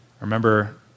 remember